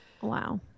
Wow